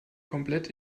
komplett